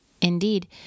Indeed